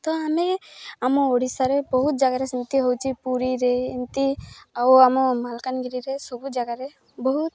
ତ ଆମେ ଆମ ଓଡ଼ିଶାରେ ବହୁତ ଜାଗାରେ ସେମିତି ହେଉଛି ପୁରୀରେ ଏମିତି ଆଉ ଆମ ମାଲକାନଗିରିରେ ସବୁ ଜାଗାରେ ବହୁତ